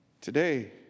Today